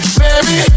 baby